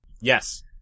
Yes